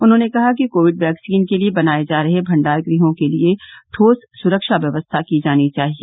उन्होंने कहा कि कोविड वैक्सीन के लिए बनाये जा रहे भंडार गृहों के लिए ठोस सुरक्षा व्यवस्था की जानी चाहिए